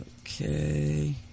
okay